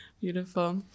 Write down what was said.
Beautiful